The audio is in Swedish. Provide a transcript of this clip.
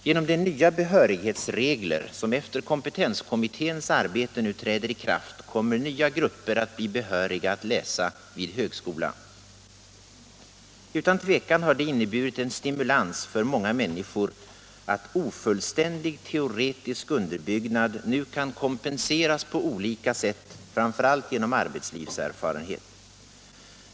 Genom de nya behörighetsregler, som efter kompetenskommitténs arbete nu träder i kraft, kommer nya grupper att bli behöriga att läsa vid högskola. Utan tvivel har det inneburit en stimulans för många människor att ofullständig teoretisk underbyggnad nu kan kompenseras på olika sätt, framför allt genom arbetslivserfarenhet.